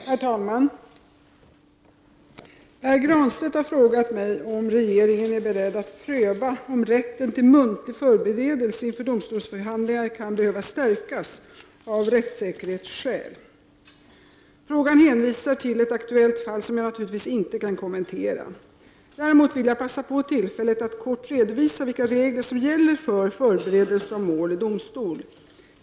Herr talman! Pär Granstedt har frågat mig om regeringen är beredd att pröva om rätten till muntliga förberedelser inför domstolsförhandlingar kan behöva stärkas av rättssäkerhetsskäl. Frågan hänvisar till ett aktuellt fall som jag naturligtvis inte kan kommentera. Däremot vill jag passa på tillfället att kort redovisa vilka regler som gäller för förberedelser av mål i domstol.